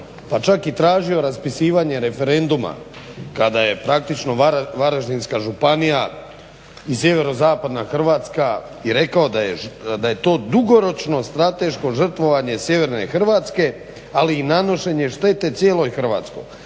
pa čak i tražio raspisivanje referenduma kada je praktično Varaždinska županija i sjeverozapadna Hrvatska i rekao da je to dugoročno strateško žrtvovanje sjeverne Hrvatske, ali i nanošenje štete cijeloj Hrvatskoj.